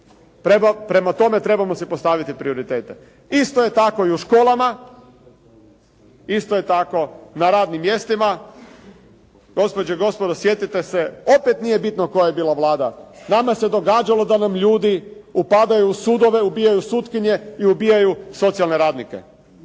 Prema tome, trebamo si postaviti prioritete. Isto je tako i u školama, isto je tako na radnim mjestima. Gospođe i gospodo, sjetite se, opet nije bitno koja je bila Vlada. Nama se događalo da nam ljudi upadaju u sudove, ubijaju sutkinje i ubijaju socijalne radnike.